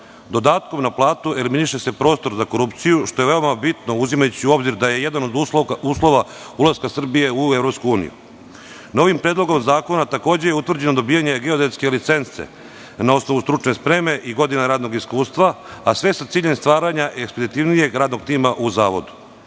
Dodatkom na platu eliminiše se prostor za korupciju što je veoma bitno uzimajući u obzir da je jedan od uslova ulaska Srbije u EU.Novim Predlogom zakona takođe je utvrđeno dobijanje geodetske licence na osnovu stručne spreme i godina radnog iskustva, a sve sa ciljem stvaranja ekspeditivnijeg radnog tima u zavodu.